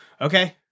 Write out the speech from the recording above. Okay